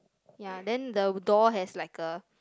ya then the door has like a